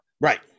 Right